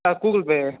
sir Google Pay